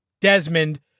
Desmond